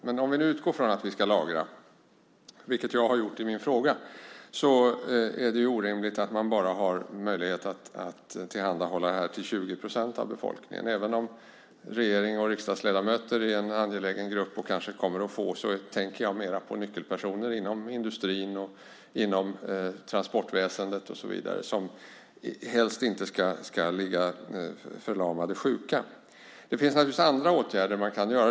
Men om vi utgår från att vi ska lagra, vilket jag gjort i min fråga, är det orimligt att det bara finns möjlighet att tillhandahålla medlet för 20 procent av befolkningen. Även om regering och riksdagsledamöter är en angelägen grupp och kanske kommer att få medlet tänker jag närmast på nyckelpersoner inom industrin, transportväsendet och så vidare. Dessa ska helst inte ligga förlamade av sjukdom. Det finns naturligtvis andra åtgärder man kan vidta.